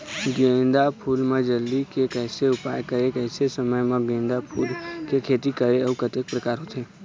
गेंदा फूल मा जल्दी के कैसे उपाय करें कैसे समय मा गेंदा फूल के खेती करें अउ कतेक प्रकार होथे?